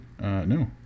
no